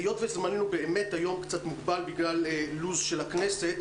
היות וזמננו היום קצת ומוגבל בגלל לו"ז של הכנסת,